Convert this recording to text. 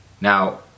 Now